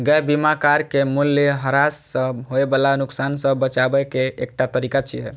gap बीमा car के मूल्यह्रास सं होय बला नुकसान सं बचाबै के एकटा तरीका छियै